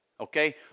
Okay